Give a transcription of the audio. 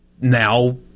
now